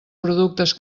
productes